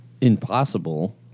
impossible